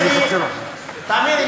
תאמיני לי,